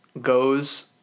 goes